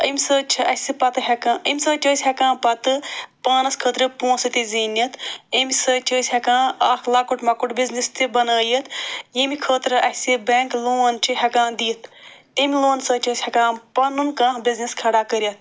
اَمہِ سۭتۍ چھِ اَسہِ پَتہٕ ہٮ۪کا اَمہِ سۭتۍ چھِ أسۍ ہٮ۪کان پَتہٕ پانَس خٲطرٕ پونٛسہٕ تہِ زیٖنِتھ اَمہِ سۭتۍ چھِ أسۍ ہٮ۪کان اکھ لۄکُٹ مۄکُٹ بِزنِس تہِ بَنٲیِتھ ییٚمہِ خٲطرٕ اَسہِ بینٛک لون چھ ہٮ۪کان دِتھ اَمہِ لونہٕ سۭتۍ چھِ أسۍ ہٮ۪کان پَنُن کانٛہہ بِزنِس کھڑا کٔرِتھ